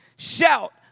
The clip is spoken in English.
Shout